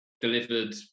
delivered